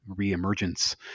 reemergence